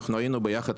אנחנו היינו ביחד,